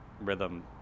rhythm